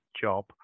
job